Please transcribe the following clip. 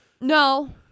no